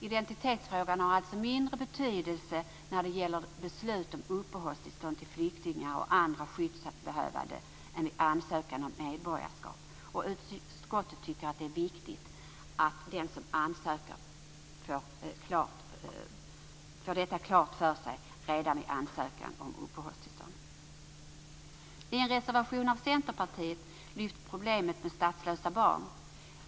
Identitetsfrågan har alltså mindre betydelse när det gäller beslut om uppehållstillstånd till flyktingar och andra skyddsbehövande än vid ansökan om medborgarskap. Utskottet tycker att det är viktigt att den som ansöker får detta klart för sig redan vid ansökan om uppehållstillstånd. I en reservation av Centerpartiet lyfts problemet med statslösa barn fram.